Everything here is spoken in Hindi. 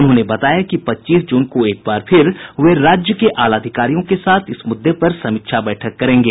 उन्होंने बताया कि पच्चीस जून को एक बार फिर वे राज्य के आला अधिकारियों के साथ इस मुददे पर समीक्षा बैठक करेंगे